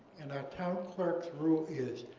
and our town clerk's rule is,